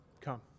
come